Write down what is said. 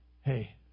hey